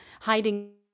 hiding